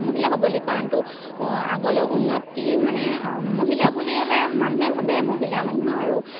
মহিলাসবলীকৰণটো আগলৈ উন্নতি মানে মহিলা বুলিলে মানুহে ভাবে মহিলা মানুহ আৰু